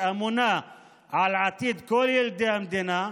שממונה על עתיד כל ילדי המדינה,